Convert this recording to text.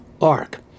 ark